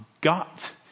gut